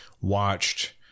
watched